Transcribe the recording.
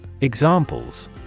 Examples